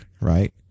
right